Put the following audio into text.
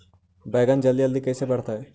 बैगन जल्दी जल्दी कैसे बढ़तै?